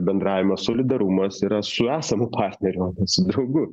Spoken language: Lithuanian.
bendravimas solidarumas yra su esamu partneriu draugu